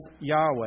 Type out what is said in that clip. Yahweh